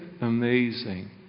amazing